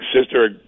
Sister